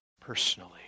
personally